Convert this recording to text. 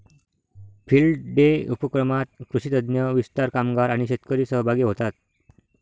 field day उपक्रमात कृषी तज्ञ, विस्तार कामगार आणि शेतकरी सहभागी होतात